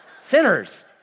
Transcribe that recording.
Sinners